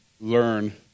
learn